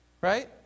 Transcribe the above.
Right